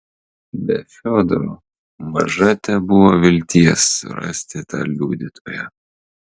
be fiodoro maža tebuvo vilties surasti tą liudytoją